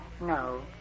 No